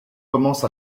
commence